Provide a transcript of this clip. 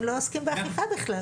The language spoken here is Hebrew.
הם לא עוסקים באכיפה בכלל.